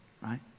Right